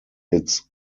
its